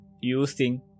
using